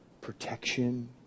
Protection